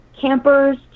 campers